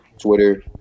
Twitter